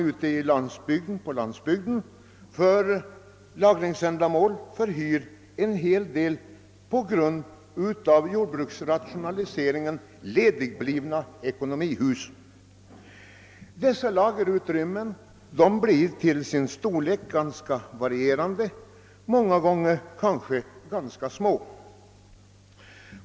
Ute på landsbygden förhyr militären för lagringsändamål en hel del genom jordbruksrationaliseringen ledigblivna ekonomihus. Dessa lagerutrymmen är till sin storlek ganska varierande, många gånger kanske rätt små.